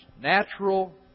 Natural